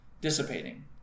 dissipating